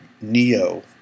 Neo